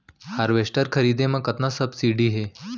Harvester खरीदे म कतना सब्सिडी हे?